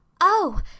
Oh